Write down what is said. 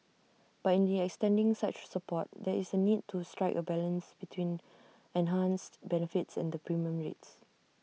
but in the extending such support there is A need to strike A balance between enhanced benefits and the premium rates